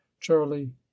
Charlie